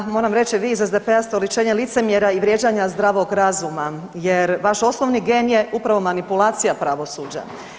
Da, moram reći vi iz SDP-a se oličenje licemjera i vrijeđanja zdravog razuma jer vaš osnovni gen je upravo manipulacija pravosuđa.